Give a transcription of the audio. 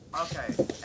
Okay